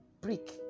brick